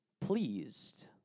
pleased